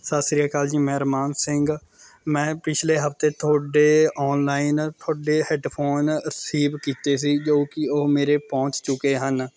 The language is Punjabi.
ਸਤਿ ਸ਼੍ਰੀ ਅਕਾਲ ਜੀ ਮੈਂ ਅਰਮਾਨ ਸਿੰਘ ਮੈਂ ਪਿਛਲੇ ਹਫਤੇ ਤੁਹਾਡੇ ਔਨਲਾਈਨ ਤੁਹਾਡੇ ਹੈੱਡਫੋਨ ਰਿਸੀਵ ਕੀਤੇ ਸੀ ਜੋ ਕਿ ਉਹ ਮੇਰੇ ਪਹੁੰਚ ਚੁੱਕੇ ਹਨ